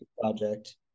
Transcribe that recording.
project